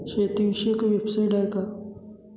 शेतीविषयक वेबसाइट आहे का?